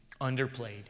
underplayed